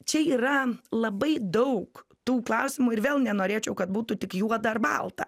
čia yra labai daug tų klausimų ir vėl nenorėčiau kad būtų tik juoda ar balta